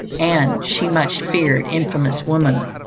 and, she much feared, infamous woman.